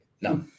no